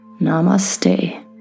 Namaste